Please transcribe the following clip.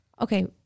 okay